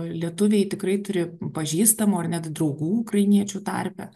lietuviai tikrai turi pažįstamų ar net draugų ukrainiečių tarpe